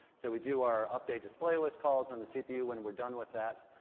so we do our update display list calls on the cpu when we're done with that,